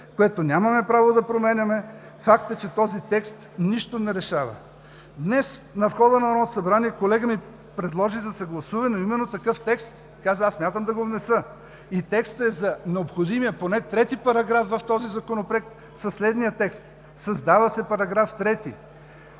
което нямаме право да променяме. Факт е, че този текст нищо не решава. Днес на входа на Народното събрание колега ми предложи за съгласуване именно такъв текст, каза: „Аз смятам да го внеса“ – за необходимия поне трети параграф в този законопроект, със следния текст: „Създава се § 3: